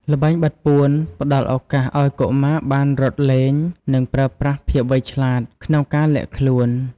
ល្បែងបិទពួនផ្ដល់ឱកាសឲ្យកុមារបានរត់លេង និងប្រើប្រាស់ភាពវៃឆ្លាតក្នុងការលាក់ខ្លួន។